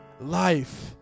Life